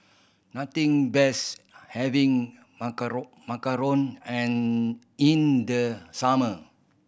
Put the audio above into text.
nothing best having macaron and in the summer